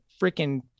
freaking